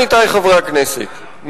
עמיתי חברי הכנסת,